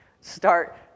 start